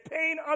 pain